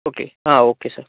okay ah okay sir